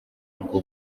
bwo